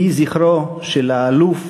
יהי זכרו של האלוף